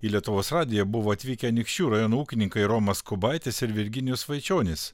į lietuvos radiją buvo atvykę anykščių rajono ūkininkai romas kubaitis ir virginijus vaičionis